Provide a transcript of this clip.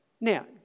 Now